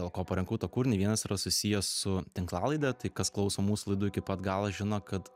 dėl ko parinkau tą kūrinį vienas yra susijęs su tinklalaide tai kas klauso mūsų laidų iki pat galo žino kad